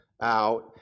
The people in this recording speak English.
out